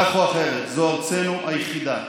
כך או אחרת, זו ארצנו היחידה,